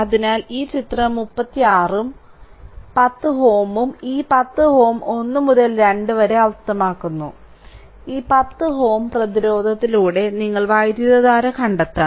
അതിനാൽ ഇത് ചിത്രം 36 ഉം 10 Ω ഉം ഈ 10 Ω 1 മുതൽ 2 വരെ അർത്ഥമാക്കുന്നു ഈ 10 Ω ഈ 10 Ω പ്രതിരോധത്തിലൂടെ നിങ്ങൾ വൈദ്യുതധാര കണ്ടെത്തണം